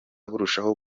burushaho